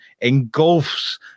engulfs